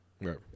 Right